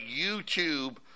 YouTube